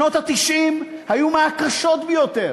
שנות ה-90 היו מהקשות ביותר.